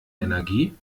energie